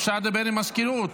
אפשר לדבר עם המזכירות.